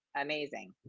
amazing